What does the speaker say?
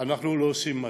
אנחנו לא עושים מספיק.